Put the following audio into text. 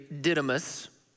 Didymus